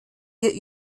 wir